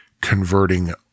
converting